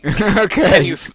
Okay